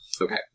Okay